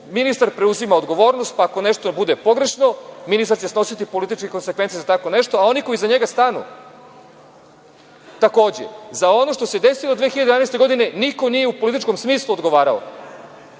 Ministar preuzima odgovornost, pa ako nešto bude pogrešno, ministar će snositi političke konsekvence za tako nešto, a oni koji iza njega stanu, takođe.Za ono što se desilo 2011. godine niko nije u političkom smislu odgovarao,